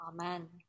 amen